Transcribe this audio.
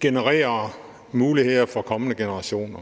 genererer muligheder for kommende generationer.